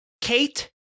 Kate